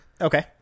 Okay